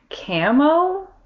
camo